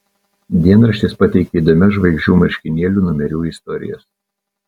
dienraštis pateikia įdomias žvaigždžių marškinėlių numerių istorijas